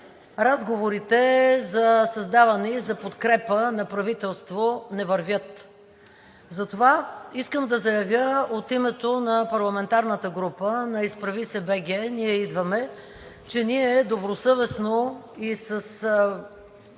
разговорите за създаване и за подкрепа на правителство не вървят. Затова искам да заявя от името на парламентарната група на „Изправи се БГ! Ние идваме!“, че ние добросъвестно и с